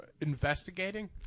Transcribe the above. investigating